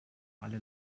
alle